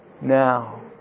now